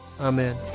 amen